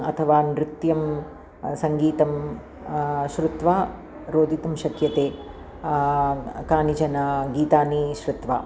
अथवा नृत्यं सङ्गीतं श्रुत्वा रोदितुं शक्यते कानिचन गीतानि श्रुत्वा